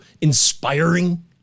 inspiring